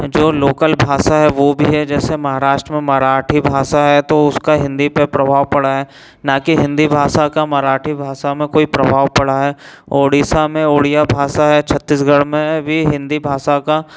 जो लोकल भाषा है वह भी है जैसे महाराष्ट्र में मराठी भाषा है तो उसका हिंदी पर प्रभाव पड़ा है ना की हिंदी भाषा का मराठी भाषा में कोई प्रभाव पड़ा है उड़ीसा में उड़िया भाषा है छत्तीसगढ़ में अभी हिंदी भाषा का